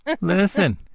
Listen